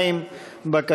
2. 2, כן.